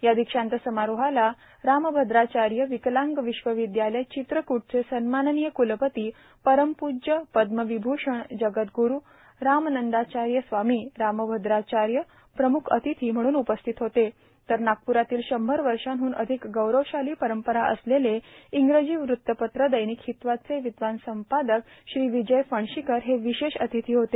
या दीक्षांत समारोहाला रामभद्राचार्य विकलांग विश्वविद्यालय चित्रकूटचे सन्माननीय कुलपती परमपूज्य पद्मविभूषण जगद्गुरू रामानव्दचार्यस्वामी रामभद्राचार्य प्रमुख अतिथी म्हणून उपस्थित होते तर नागप्रराती शंभर वर्षांहून अधिक गौरवशाली परंपरा असलेले इंग्रज वृत्तपत्र दैनिक हितवादचे विद्वान संपादक श्री विजय फणशीकर हे विशेष अतिथी होते